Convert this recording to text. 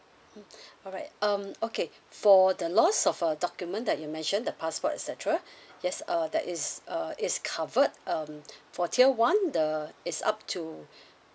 mm alright um okay for the loss of a document that you mention the passport et cetera yes err that is err is covered um for tier one the it's up to